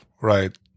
right